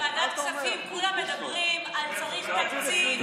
בוועדת הכספים כולם מדברים: צריך תקציב,